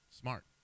Smart